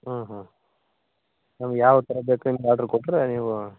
ಹಾಂ ಹಾಂ ನಮ್ಗೆ ಯಾವ ಥರ ಬೇಕು ನಿಮಗೆ ಆರ್ಡ್ರ್ ಕೊಟ್ಟರೆ ನೀವು